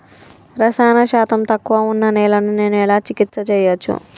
రసాయన శాతం తక్కువ ఉన్న నేలను నేను ఎలా చికిత్స చేయచ్చు?